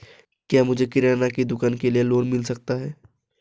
क्या मुझे किराना की दुकान के लिए लोंन मिल सकता है?